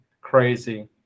crazy